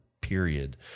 period